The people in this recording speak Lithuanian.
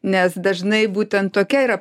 nes dažnai būtent tokia yra